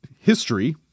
history